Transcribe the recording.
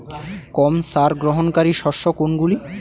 কম সার গ্রহণকারী শস্য কোনগুলি?